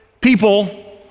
people